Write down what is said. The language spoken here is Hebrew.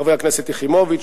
חברי הכנסת יחימוביץ,